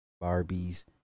Barbie's